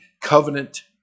covenant